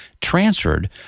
transferred